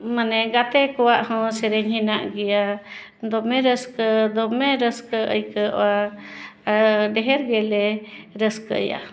ᱢᱟᱱᱮ ᱜᱟᱛᱮ ᱠᱚᱣᱟᱜ ᱦᱚᱸ ᱥᱮᱨᱮᱧ ᱦᱮᱱᱟᱜ ᱜᱮᱭᱟ ᱫᱚᱢᱮ ᱨᱟᱹᱥᱠᱟᱹ ᱫᱚᱢᱮ ᱨᱟᱹᱥᱠᱟᱹ ᱟᱹᱭᱠᱟᱹᱜᱼᱟ ᱰᱷᱮᱹᱨ ᱜᱮᱞᱮ ᱨᱟᱹᱥᱠᱟᱹᱭᱟ